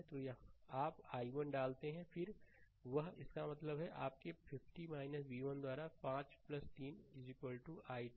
तो यहां आप i1 डालते हैं फिर वह इसका मतलब है आपके 50 v1 द्वारा 5 3 i2